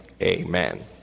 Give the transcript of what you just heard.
Amen